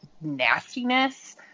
nastiness